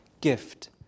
gift